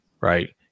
right